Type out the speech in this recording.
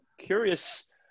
curious